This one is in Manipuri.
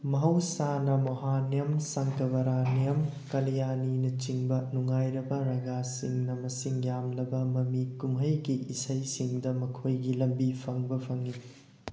ꯃꯍꯧꯁꯥꯅ ꯃꯣꯍꯥꯅꯤꯌꯝ ꯁꯟꯀꯔꯚꯔꯥꯅꯤꯌꯝ ꯀꯜꯌꯥꯅꯤꯅꯆꯤꯡꯕ ꯅꯨꯡꯉꯥꯏꯔꯕ ꯔꯥꯒꯥꯁꯤꯡꯅ ꯃꯁꯤꯡ ꯌꯥꯝꯂꯕ ꯃꯃꯤ ꯀꯨꯝꯍꯩꯒꯤ ꯏꯁꯩꯁꯤꯡꯗ ꯃꯈꯣꯏꯒꯤ ꯂꯝꯕꯤ ꯐꯪꯕ ꯐꯪꯉꯤ